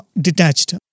detached